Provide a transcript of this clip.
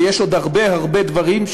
ויש עוד הרבה הרבה דברים,